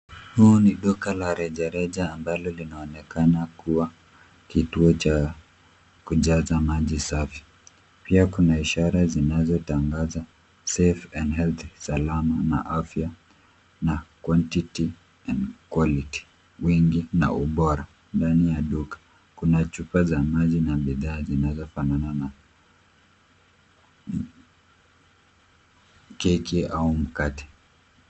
Huu ni duka la rejareja ambalo linaonekana kuwa kituo cha kujaza maji safi. Pia kuna ishara zinazotangaza safe and healthy salama na afya na quantity and quality wingi na ubora. Ndani ya duka kuna chupa za maji na bidhaa zinazofanana na keki au mkate.